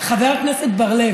על מה את מדברת?